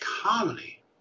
comedy